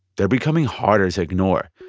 they're becoming harder to ignore.